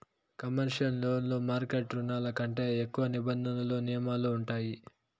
commercial లోన్లు market రుణాల కంటే ఎక్కువ నిబంధనలు నియమాలు ఉంటాయి